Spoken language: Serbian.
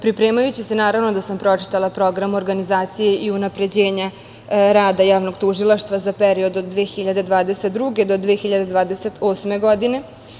Pripremajući se naravno da sam pročitala Program organizacije i unapređenja rada javnog tužilaštva za period od 2022. do 2028. godine.